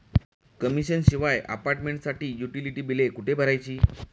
Commission शिवाय अपार्टमेंटसाठी utility बिले कुठे भरायची?